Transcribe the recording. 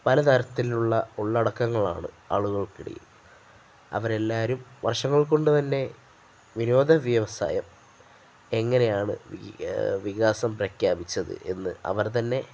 പലതരത്തിലുള്ള ഉള്ളടക്കങ്ങളാണ് ആളുകൾക്കിടയിൽ അവരെല്ലാരും വർഷങ്ങൾ കൊണ്ട് തന്നെ വിനോദ വ്യവസായം എങ്ങനെയാണ് വികാസം പ്രഖ്യാപിച്ചത് എന്ന് അവർ തന്നെ